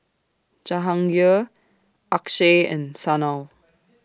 Jahangir Akshay and Sanal